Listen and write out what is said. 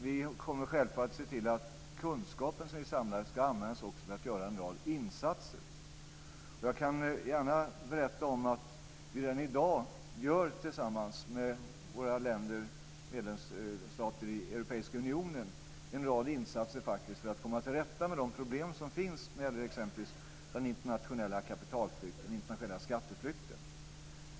Vi kommer självfallet att se till att kunskapen som vi samlar ska användas också för att göra en rad insatser. Jag kan gärna berätta att vi redan i dag tillsammans med medlemsstaterna i den europeiska unionen gör en rad insatser för att komma till rätta med de problem som finns med exempelvis den internationella kapitalflykten och skatteflykten.